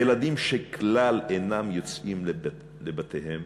ילדים שכלל אינם יוצאים לבתיהם,